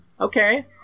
okay